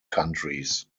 countries